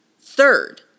Third